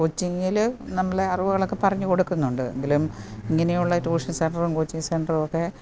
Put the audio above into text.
കോച്ചിങ്ങിൽ നമ്മളെ അറിവുകളൊക്കെ പറഞ്ഞു കൊടുക്കുന്നുണ്ട് എങ്കിലും ഇങ്ങനെ ഉള്ള ട്യൂഷൻ സെൻ്ററും കോച്ചിങ്ങ് സെൻ്ററുമൊക്കെ